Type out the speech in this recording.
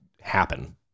happen